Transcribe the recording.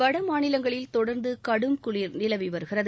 வடமாநிலங்களில் தொடர்ந்து கடும் குளிர் நிலவி வருகிறது